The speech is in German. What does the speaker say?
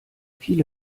viele